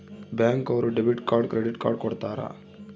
bank ಅವ್ರು debit card credit card ಕೊಡ್ತಾರ